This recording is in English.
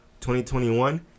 2021